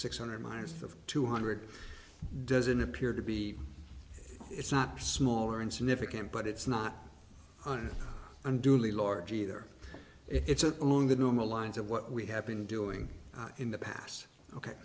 six hundred miles of two hundred doesn't appear to be it's not small or insignificant but it's not on unduly large either it's a along the normal lines of what we have been doing in the past ok